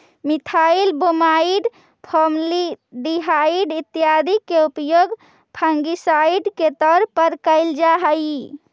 methyl bromide, formaldehyde इत्यादि के उपयोग फंगिसाइड के तौर पर कैल जा हई